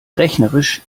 rechnerisch